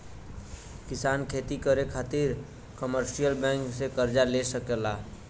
किसान खेती करे खातिर कमर्शियल बैंक से कर्ज ले सकला